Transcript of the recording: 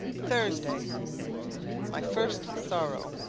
thursday my first sorrow.